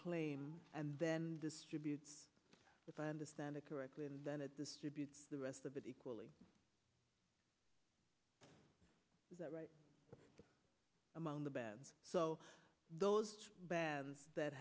claim and then distribute if i understand it correctly and then to distribute the rest of it equally is that right among the bad so those